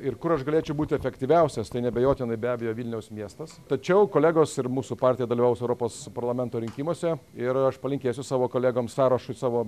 ir kur aš galėčiau būti efektyviausias tai neabejotinai be abejo vilniaus miestas tačiau kolegos ir mūsų partija dalyvaus europos parlamento rinkimuose ir aš palinkėsiu savo kolegoms sąrašui savo